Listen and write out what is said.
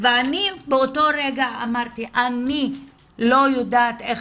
ואני באותו רגע אמרתי 'אני לא יודעת איך